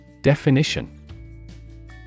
Definition